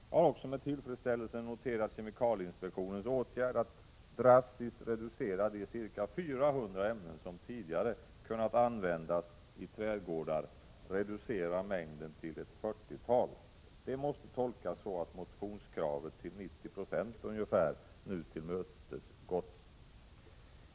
Jag har också med tillfredsställelse noterat kemikalieinspektionens åtgärd att drastiskt reducera de ca 400 ämnen som tidigare kunnat användas i trädgårdar till ett fyrtiotal. Det måste tolkas som att motionskravet nu till ungefär 90 26 tillmötesgåtts.